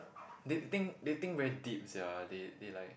they think they think very sia they they like